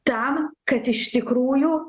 tam kad iš tikrųjų